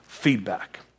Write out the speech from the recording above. feedback